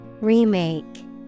remake